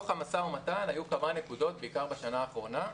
במשא-ומתן היו כמה נקודות, בעיקר בשנה האחרונה,